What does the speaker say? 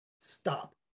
stop